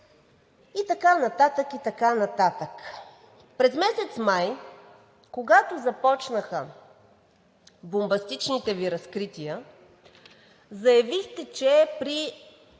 и така нататък, и така нататък. През месец май, когато започнаха бомбастичните Ви разкрития, заявихте, че при